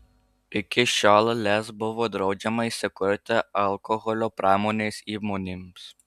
iki šiol lez buvo draudžiama įsikurti alkoholio pramonės įmonėms